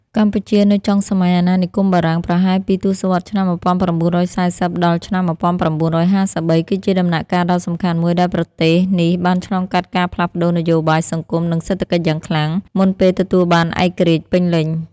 កម្ពុជានៅចុងសម័យអាណានិគមបារាំង ប្រហែលពីទសវត្សរ៍ឆ្នាំ១៩៤០ ដល់ឆ្នាំ១៩៥៣ គឺជាដំណាក់កាលដ៏សំខាន់មួយដែលប្រទេសនេះបានឆ្លងកាត់ការផ្លាស់ប្តូរនយោបាយ សង្គម និងសេដ្ឋកិច្ចយ៉ាងខ្លាំង មុនពេលទទួលបានឯករាជ្យពេញលេញ។